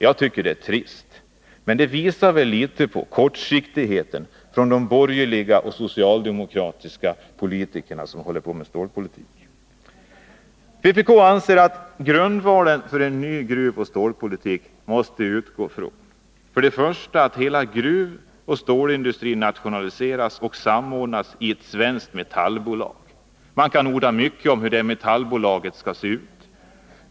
Jag tycker det är trist. Men det visar litet av kortsiktigheten i de borgerliga och socialdemokratiska politikernas behandling av stålpolitiken. Vpk anser att grundvalen för en ny gruvoch stålpolitik måste vara att hela gruvoch stålindustrin nationaliseras och samordnas i ett svenskt metallbolag. Man kan orda mycket om hur ett metallbolag skall se ut.